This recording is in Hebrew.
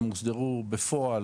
הם הוסדרו בפועל